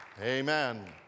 Amen